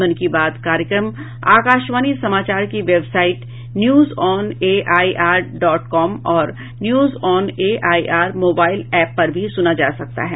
मन की बात कार्यक्रम आकाशवाणी समाचार की वेबसाइट न्यूजऑनएआईआर डॉट कॉम और न्यूजऑनएआईआर मोबाईल एप पर भी सुना जा सकता है